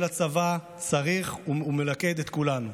והצבא צריך ללכד את כולנו.